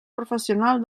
professional